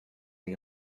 the